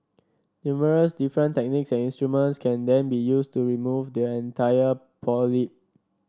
numerous different techniques and instruments can then be used to remove the entire polyp